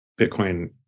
Bitcoin